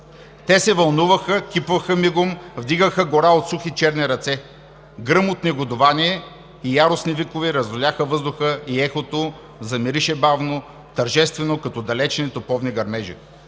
Те се вълнуваха, кипваха мигом, вдигаха гора от сухи черни ръце, гръм от негодувание и яростни викове разлюляваха въздуха и ехото замираше бавно, тържествено като далечни топовни гърмежи.